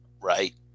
right